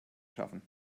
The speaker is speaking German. schaffen